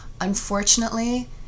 Unfortunately